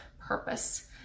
purpose